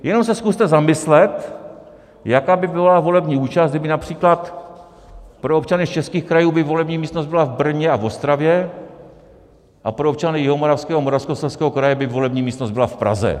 Jenom se zkuste zamyslet, jaká by byla volební účast, kdyby například pro občany z českých krajů volební místnost byla v Brně a v Ostravě a pro občany Jihomoravského, Moravskoslezského kraje by volební místnost byla v Praze.